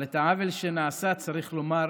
אבל את העוול שנעשה צריך לומר